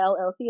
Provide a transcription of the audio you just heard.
LLC